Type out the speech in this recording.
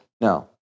No